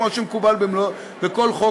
כמו שמקובל בכל חוק.